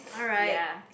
ya